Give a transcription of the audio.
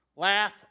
Laugh